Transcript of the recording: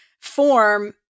form